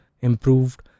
improved